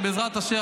שבעזרת השם,